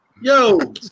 Yo